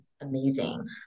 amazing